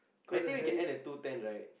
I think we can end at two ten right